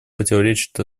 противоречит